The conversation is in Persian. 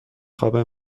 خوابه